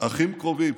אחים קרובים.